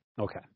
Okay